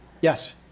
yes